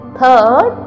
third